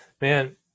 man